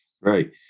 Right